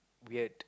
weird